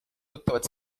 tuttavad